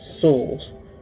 souls